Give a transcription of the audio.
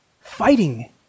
fighting